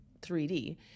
3d